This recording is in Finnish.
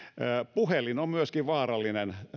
puhelin on myöskin vaarallinen